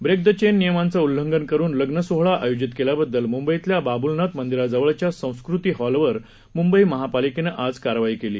break the chain नियमांचं उल्लंघन करून लग्न सोहळा आयोजित केल्याबद्दल मुंबईतल्या बाबूलनाथ मंदिराजवळच्या संस्कृती हॉल वर मुंबई महापालिकेनं आज कारवाई केली